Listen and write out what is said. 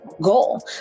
goal